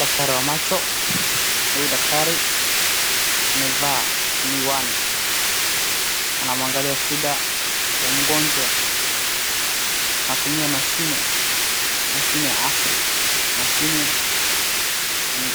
Daktari wa macho, huyu daktari amevaa miwani. Anamwangalia shida ya mgonjwa anatumia mashine, mashine ya asili, mashine